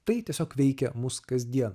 tai tiesiog veikia mus kasdien